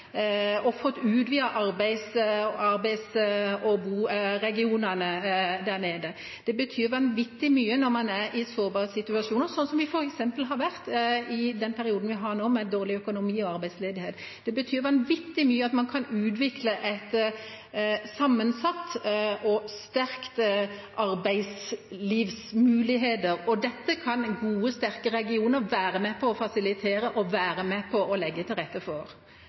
og fått utvidet arbeids- og boregionene der nede. Det betyr vanvittig mye når man er i sårbare situasjoner, sånn som vi f.eks. har vært i den perioden vi har nå, med dårlig økonomi og arbeidsledighet. Det betyr vanvittig mye at man kan utvikle sammensatte og sterke arbeidslivsmuligheter, og dette kan gode og sterke regioner være med på å fasilitere og være med på å legge til rette for.